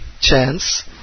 chance